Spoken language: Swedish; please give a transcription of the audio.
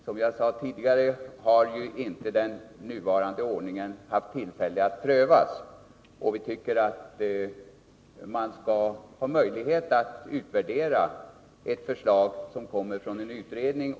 Som jag sade tidigare har den nuvarande ordningen inte prövats. Jag tycker att man skall ha möjlighet att utvärdera ett förslag från en utredning.